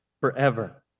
forever